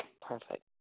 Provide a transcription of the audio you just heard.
Perfect